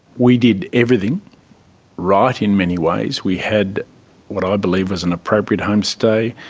we did everything right in many ways. we had what i believe was an appropriate homestay.